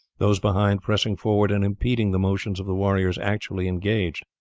those behind pressing forward and impeding the motions of the warriors actually engaged.